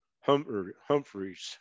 Humphreys